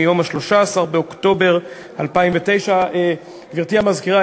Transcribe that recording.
מיום 13 באוקטובר 2009. גברתי המזכירה,